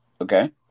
Okay